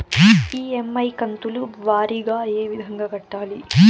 EMI కంతుల వారీగా ఏ విధంగా కట్టాలి